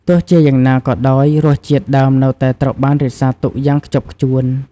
ទោះជាយ៉ាងណាក៏ដោយ រសជាតិដើមនៅតែត្រូវបានរក្សាទុកយ៉ាងខ្ជាប់ខ្ជួន។